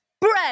bread